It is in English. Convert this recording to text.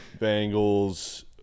Bengals